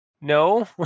No